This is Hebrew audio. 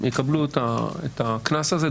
יקבלו את הקנס הזה,